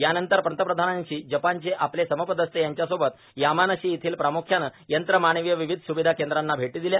यानंतर पंतप्रधानांशी जपानचे आपले समपदस्थ यांच्यासोबत यामानशी येथील प्रामुख्यानं यमानसीय विविध सुविधा केंद्रांना भेट दिली